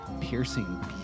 piercing